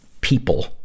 people